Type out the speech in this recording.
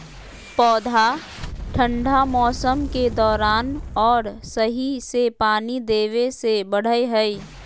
पौधा ठंढा मौसम के दौरान और सही से पानी देबे से बढ़य हइ